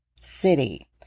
city